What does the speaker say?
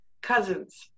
cousins